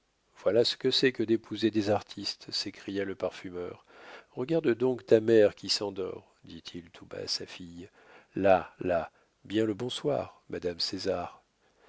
voilà ce que c'est que d'épouser des artistes s'écria le parfumeur regarde donc ta mère qui s'endort dit-il tout bas à sa fille là là bien le bonsoir madame césar